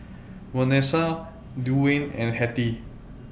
Vanesa Duwayne and Hettie